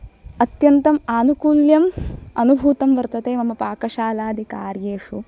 अत्यन्तम् आनुकूल्यम् अनुभूतं वर्तते मम पाकशालादिकार्येषु